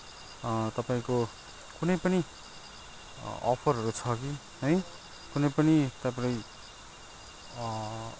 तपाईँको कुनै पनि अफरहरू छ कि है कुनै पनि तपाईँ